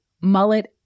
mullet